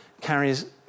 carries